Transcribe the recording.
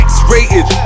X-rated